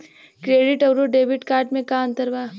Credit अउरो debit card मे का अन्तर बा?